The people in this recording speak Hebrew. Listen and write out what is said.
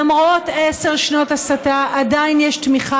למרות עשר שנות הסתה עדיין יש תמיכה